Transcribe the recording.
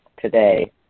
today